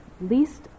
least